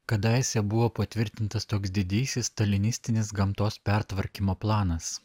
kadaise buvo patvirtintas toks didysis stalinistinis gamtos pertvarkymo planas